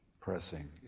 pressing